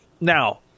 Now